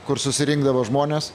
kur susirinkdavo žmonės